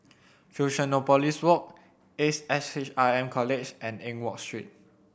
Fusionopolis Walk Ace S H R M College and Eng Watt Street